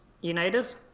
United